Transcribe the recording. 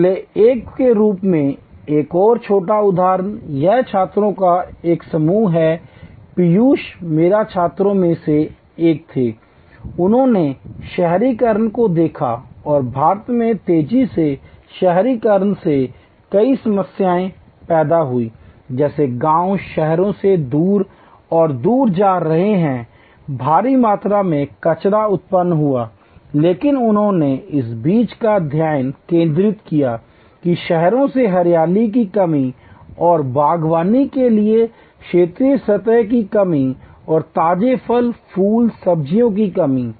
पिछले एक के रूप में एक और छोटा उदाहरण यह छात्रों का एक समूह है पीयूष मेरे छात्रों में से एक थे उन्होंने शहरीकरण को देखा और भारत में तेजी से शहरीकरण से कई समस्याएं पैदा हुईं जैसे गांव शहरों से दूर और दूर जा रहे हैं भारी मात्रा में कचरा उत्पन्न हुआ लेकिन उन्होंने इस चीज पर ध्यान केंद्रित किया कि शहरों में हरियाली की कमी और बागवानी के लिए क्षैतिज सतह की कमी और ताजे फल फूल सब्जियों की कमी